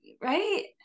right